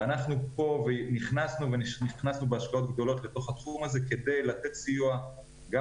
ואנחנו פה נכנסנו בהשקעות גדולות לתוך התחום הזה כדי לתת סיוע גם